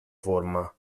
forma